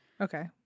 Okay